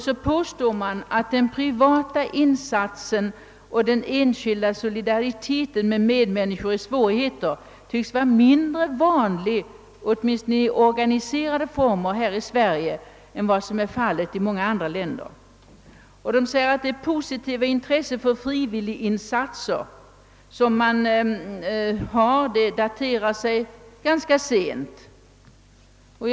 De påstår att »den privata insatsen och den enskilda solidariteten med medmänniskor i svårigheter tycks vara mindre vanlig, åtminstone i organiserade former, i Sverige än vad som är fallet i många andra länder» och att det positiva intresse för frivilliginsatser som förekommer daterar sig från senare tid.